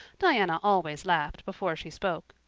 diana always laughed before she spoke.